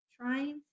trying